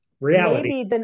reality